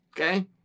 okay